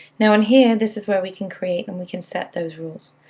now in here, this is where we can create and we can set those rules.